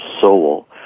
soul